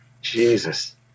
Jesus